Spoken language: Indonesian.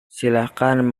silahkan